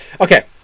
Okay